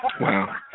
Wow